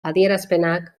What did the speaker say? adierazpenak